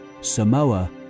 Samoa